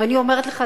ואני אומרת לך,